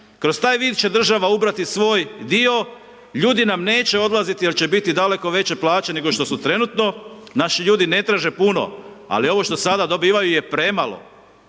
kroz taj vid će država ubrati svoj dio, ljudi nam neće odlaziti jer će biti daleko veće plaće, nego što su trenutno, naši ljudi ne traže puno, ali ovo što sada dobivaju je premalo,